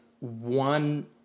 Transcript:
one